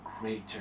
greater